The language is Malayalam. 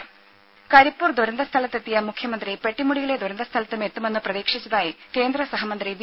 രുമ കരിപ്പൂർ ദുരന്ത സ്ഥലത്തെത്തിയ മുഖ്യമന്ത്രി പെട്ടിമുടിയിലെ ദുരന്തസ്ഥലത്തും എത്തുമെന്ന് പ്രതീക്ഷിച്ചതായി കേന്ദ്ര സഹമന്ത്രി വി